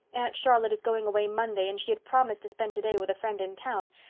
aunt charlotte is going away monday and she had promised to spend today with a friend in town.